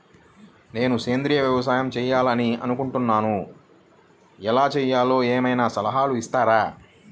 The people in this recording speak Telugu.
నేను సేంద్రియ వ్యవసాయం చేయాలి అని అనుకుంటున్నాను, ఎలా చేయాలో ఏమయినా సలహాలు ఇస్తారా?